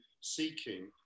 seeking